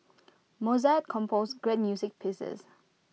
Mozart composed great music pieces